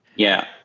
yeah.